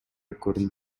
көрүнүп